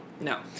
No